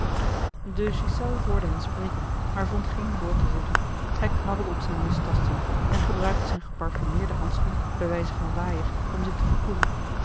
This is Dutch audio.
de ghiselles hoorde hen spreken maar vond geen woord te zeggen hij knabbelde op zijne mustatsen en gebruikte zijn geparfumeerden handschoen bij wijze van waaier om zich te verkoelen